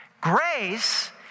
Grace